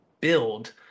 build